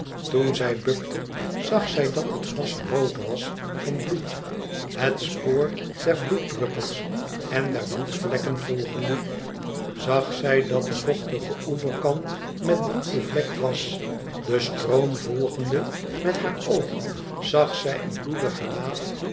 toen zij bukte zag zij dat het gras rood was van bloed het spoor der bloeddruppels en der bloedvlekken volgende zag zij dat de vochtige oeverkant met bloed bevlekt was den stroom volgende met haar oog zag zij een bloedig gelaat